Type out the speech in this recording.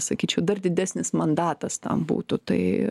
sakyčiau dar didesnis mandatas tam būtų tai